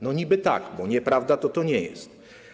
Niby tak, bo nieprawda to to nie jest.